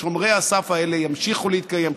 שומרי הסף האלה ימשיכו להתקיים.